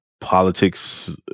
politics